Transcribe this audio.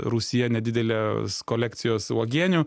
rūsyje nedidelės kolekcijos uogienių